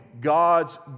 God's